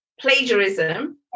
plagiarism